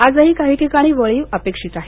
आजही काही ठिकाणी वळीव अपेक्षित आहे